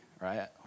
right